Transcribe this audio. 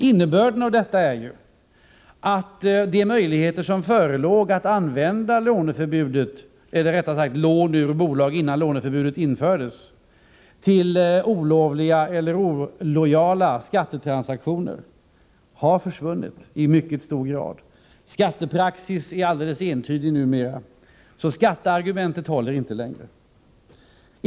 Innebörden av detta är ju att de möjligheter som förelåg att använda låneförbudet, eller rättare sagt lån ur bolag innan låneförbudet infördes, till olovliga eller olojala skattetransaktioner i mycket hög grad har försvunnit. Skattepraxis är alldeles entydig numera, så skatteargumentet håller inte längre.